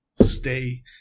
stay